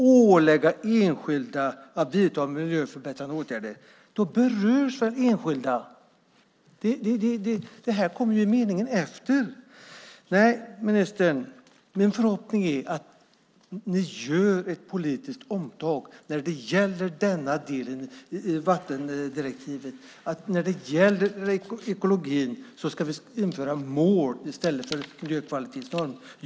Ålägga enskilda att vidta miljöförbättrande åtgärder - då berörs väl enskilda! Det står ju i meningen efter. Nej, ministern, min förhoppning är att ni gör ett politiskt omtag när det gäller detta. När det gäller vattendirektivet och ekologin ska vi införa mål i stället för miljökvalitetsnormer.